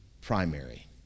primary